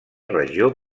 regió